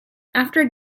after